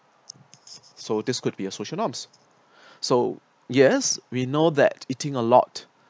so this could be a social norms so yes we know that eating a lot